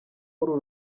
w’uru